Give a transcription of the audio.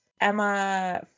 Emma